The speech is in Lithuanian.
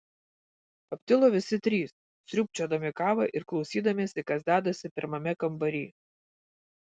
aptilo visi trys sriubčiodami kavą ir klausydamiesi kas dedasi pirmame kambary